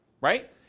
right